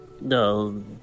No